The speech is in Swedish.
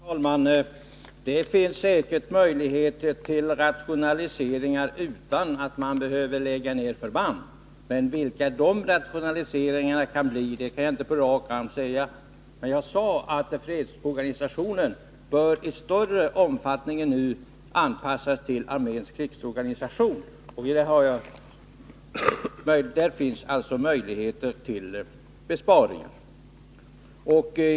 Herr talman! Det finns säkert möjligheter till rationaliseringar utan att man behöver lägga ned förband, men vilka rationaliseringar det kan bli fråga om kan jag inte på rak arm säga. Jag nämnde tidigare att fredsorganisationen istörre omfattning än nu bör anpassas till arméns krigsorganisation. Där har vi alltså möjligheter till besparingar.